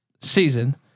season